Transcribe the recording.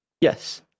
Yes